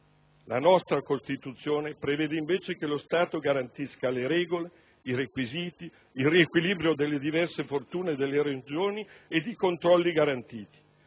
La nostra Costituzione prevede, invece, che lo Stato garantisca le regole, i requisiti, il riequilibrio delle diverse fortune delle Regioni ed i controlli garantiti.